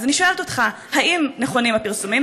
אז אני שואלת אותך: האם נכונים הפרסומים?